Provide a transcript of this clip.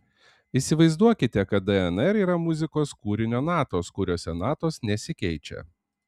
įsivaizduokite kad dnr yra muzikos kūrinio natos kuriose natos nesikeičia